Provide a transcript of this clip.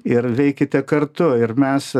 ir veikite kartu ir mes